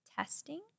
testing